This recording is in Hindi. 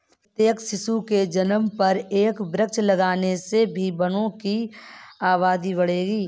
प्रत्येक शिशु के जन्म पर एक वृक्ष लगाने से भी वनों की आबादी बढ़ेगी